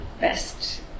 best